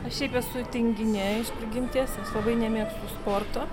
aš šiaip esu tinginė iš prigimties labai nemėgstu sporto